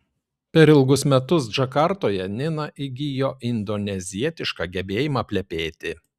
per ilgus metus džakartoje nina įgijo indonezietišką gebėjimą plepėti